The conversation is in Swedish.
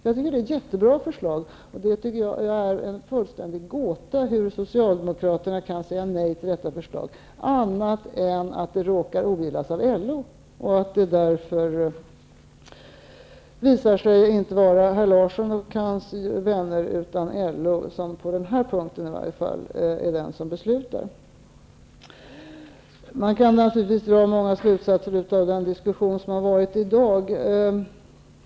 Jag tycker att det är ett jättebra förslag, och det är en fullständig gåta hur Socialdemokraterna kan säga nej till detta förslag. En möjlig anledning till att de säger nej är förstås att förslaget råkar ogillas av LO. Det visar sig då att det, i varje fall på den här punkten, inte är herr Larsson och hans vänner utan LO som fattar besluten. Man kan naturligtvis dra många slutsatser av den diskussion som har förts i dag.